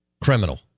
Criminal